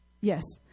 Yes